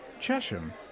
Chesham